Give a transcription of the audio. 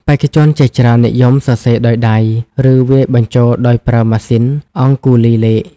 បេក្ខជនជាច្រើននិយមសរសេរដោយដៃ ឬវាយបញ្ចូលដោយប្រើម៉ាស៊ីនអង្គុលីលេខ។